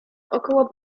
około